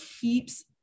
keeps